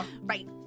Right